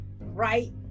right